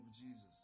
Jesus